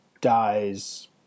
dies